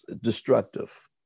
destructive